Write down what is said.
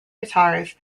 guitars